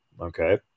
Okay